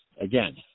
again